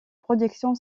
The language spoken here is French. production